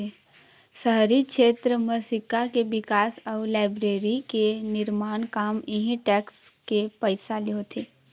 शहरी छेत्र म सिक्छा के बिकास अउ लाइब्रेरी के निरमान काम इहीं टेक्स के पइसा ले होथे